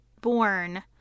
born